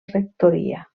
rectoria